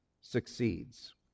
succeeds